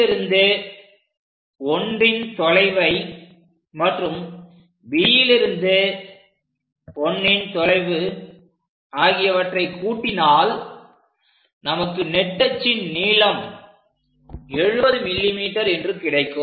Aலிருந்து 1ன் தொலைவு மற்றும் Bலிருந்து 1ன் தொலைவு ஆகியவற்றை கூட்டினால் நமக்கு நெட்டச்சின் நீளம் 70 mm என்று கிடைக்கும்